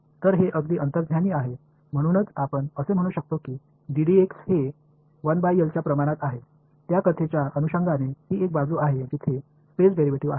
तर हे अगदी अंतर्ज्ञानी आहे म्हणूनच आपण असे म्हणू शकतो की हे 1L च्या प्रमाणात आहे त्या कथेच्या अनुषंगाने ही एक बाजू आहे जिथे स्पेस डेरिव्हेटिव्ह आहे